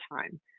time